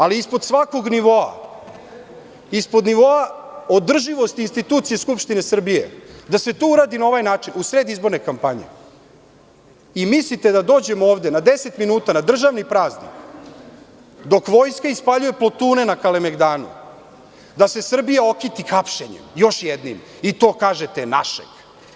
Ali, ispod svakog nivoa, ispod nivoa održivosti institucije Skupštine Srbije, da se to uradi na ovaj način, u sred izborne kampanje, i mislite da dođemo ovde na deset minuta, na državni praznik, dok vojska ispaljuje plotune na Kalemegdanu, da se Srbija okiti hapšenjem, još jednim i to kažete - našeg.